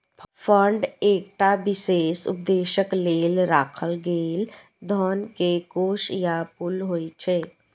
fund एकटा विशेष उद्देश्यक लेल राखल गेल धन के कोष या पुल होइ छै